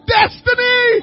destiny